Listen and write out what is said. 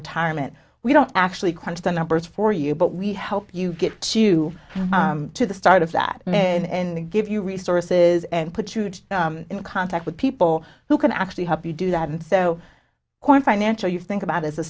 retirement we don't actually crunch the numbers for you but we help you get to to the start of that and give you resources and put you in contact with people who can actually help you do that and so financial you think about as a